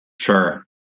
Sure